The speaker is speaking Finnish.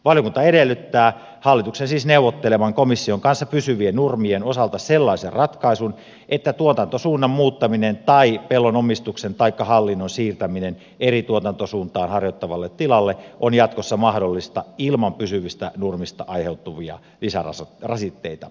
valiokunta edellyttää hallituksen siis neuvottelevan komission kanssa pysyvien nurmien osalta sellaisen ratkaisun että tuotantosuunnan muuttaminen tai pellon omistuksen taikka hallinnon siirtäminen eri tuotantosuuntaa harjoittavalle tilalle on jatkossa mahdollista ilman pysyvistä nurmista aiheutuvia lisärajoitteita